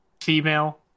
female